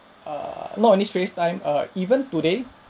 err not only straits time err even today